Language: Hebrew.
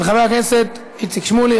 של חבר הכנסת איציק שמולי,